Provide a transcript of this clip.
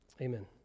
Amen